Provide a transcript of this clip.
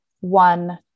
one